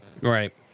Right